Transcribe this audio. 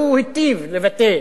והוא היטיב לבטא